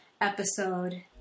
episode